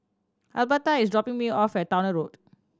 Albertha is dropping me off at Towner Road